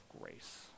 grace